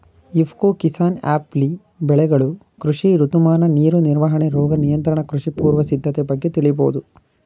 ಇಫ್ಕೊ ಕಿಸಾನ್ಆ್ಯಪ್ಲಿ ಬೆಳೆಗಳು ಕೃಷಿ ಋತುಮಾನ ನೀರು ನಿರ್ವಹಣೆ ರೋಗ ನಿಯಂತ್ರಣ ಕೃಷಿ ಪೂರ್ವ ಸಿದ್ಧತೆ ಬಗ್ಗೆ ತಿಳಿಬೋದು